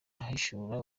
ahishura